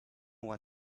what